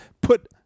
put